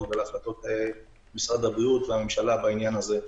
ולהחלטות משרד הבריאות והממשלה בעניין הזה.